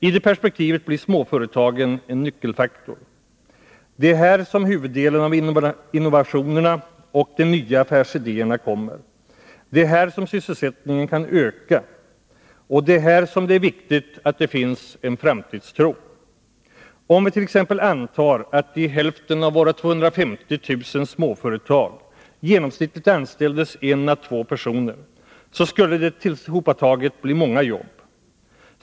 I det perspektivet blir småföretagen en nyckelfaktor. Det är här som huvuddelen av innovationerna och de nya affärsidéerna kommer. Det är här som sysselsättningen kan öka. Det är här som det är viktigt att det finns en framtidstro. Om vi t.ex. antar att det i hälften av våra 250 000 småföretag genomsnittligt anställdes en å två personer, så skulle det tillhopataget bli många jobb.